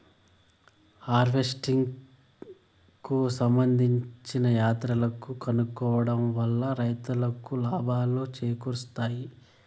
harvesting కు సంబందించిన యంత్రాలను కొనుక్కోవడం వల్ల రైతులకు లాభాలను చేకూరుస్తాయి